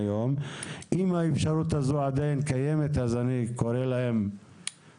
אני רוצה להודות לראש העיר ולצוות שהגיע איתו,